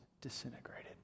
disintegrated